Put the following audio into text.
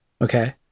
okay